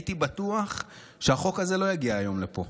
הייתי בטוח שהחוק לא יגיע היום לפה.